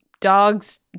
Dogs